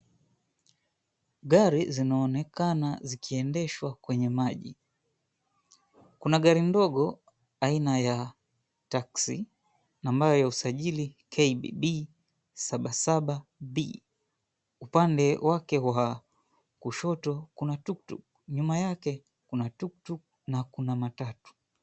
Gari zinaonekana zikiendeshwa kwenye maji. Kuna gari ndogo aina ya taxi , nambari ya usajili KBB 77B. Upande wake wa kushoto, kuna tuktuk, nyuma yake kuna tuktuk na kuna matatu.